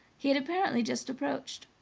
he had apparently just approached.